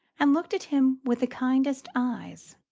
and looked at him with the kindest eyes.